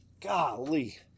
golly